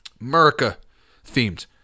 America-themed